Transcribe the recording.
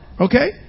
Okay